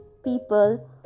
people